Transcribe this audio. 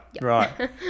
right